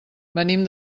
venim